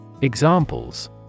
Examples